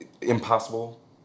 Impossible